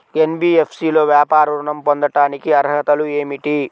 NBFC లో వ్యాపార ఋణం పొందటానికి అర్హతలు ఏమిటీ?